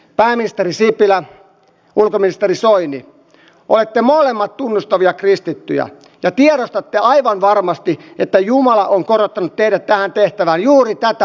pääministeri sipilä ulkoministeri soini olette molemmat tunnustavia kristittyjä ja tiedostatte aivan varmasti että jumala on korottanut teidät tähän tehtävään juuri tätä aikaa varten